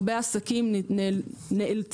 הרבה עסקים נאלצו,